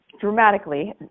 dramatically